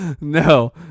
no